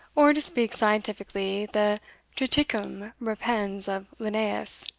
or, to speak scientifically, the triticum repens of linnaeus,